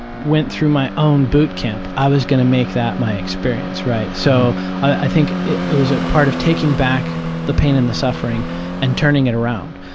went through my own boot camp. i was gonna make that my experience, right? so i think it it was a part of taking back the pain and the suffering and turning it around.